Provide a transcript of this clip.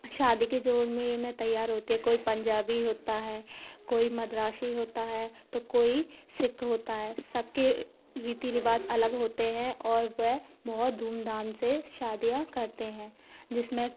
शादी के जोड़ में में तैयार होती हैं कोई पंजाबी होता है कोई मद्रासी होता है तो कोई सिक्ख होता है सबके रीति रिवाज अलग होते हैं और वह बहुत धूमधाम से शादियां करते हैं जिसमें